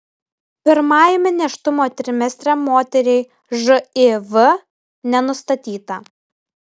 pirmajame nėštumo trimestre moteriai živ nenustatyta